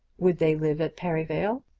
would they live at perivale?